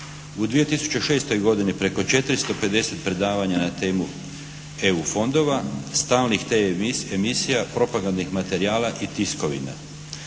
U 2006. godini preko 450 predavanja na temu EU fondova, stalnih tv emisija, propagandnih materijala i tiskovina.